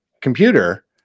computer